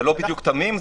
זה לא בדיוק תמים.